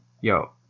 Yo